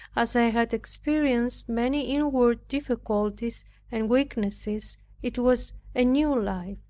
as i had experienced many inward difficulties and weaknesses it was a new life.